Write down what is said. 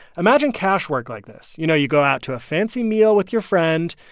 imagine cash work like this. you know, you go out to a fancy meal with your friend.